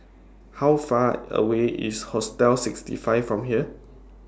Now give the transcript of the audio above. How Far away IS Hostel sixty five from here